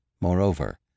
Moreover